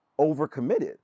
overcommitted